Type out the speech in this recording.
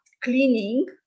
cleaning